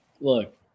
look